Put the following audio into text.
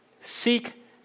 Seek